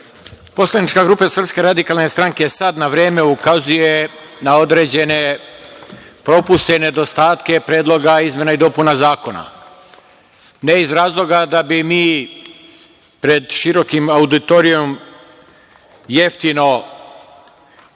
Poslanička grupa SRS sad na vreme ukazuje na određene propuste, nedostatke predloga izmena i dopuna zakona. Ne iz razloga da bi mi pred širokim auditorijumom jeftino iskoristili